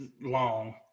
long